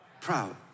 Proud